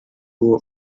uwo